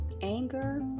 anger